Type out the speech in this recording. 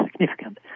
significant